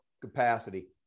capacity